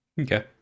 Okay